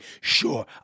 Sure